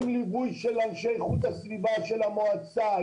עם ליווי של אנשי איכות הסביבה של המועצה,